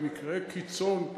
במקרה קיצון,